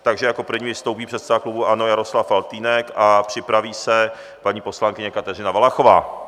Takže jako první vystoupí předseda klubu ANO Jaroslav Faltýnek a připraví se paní poslankyně Kateřina Valachová.